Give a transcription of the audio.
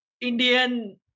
Indian